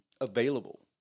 available